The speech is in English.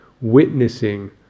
witnessing